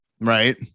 Right